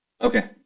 okay